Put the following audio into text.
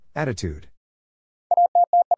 Attitude